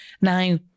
Now